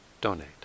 donate